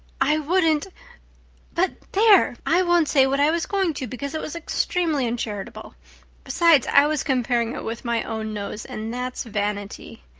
i wouldn't but there! i won't say what i was going to because it was extremely uncharitable. besides, i was comparing it with my own nose and that's vanity.